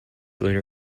lunar